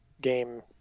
game